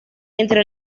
entre